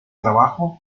trabajo